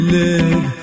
live